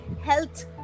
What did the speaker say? health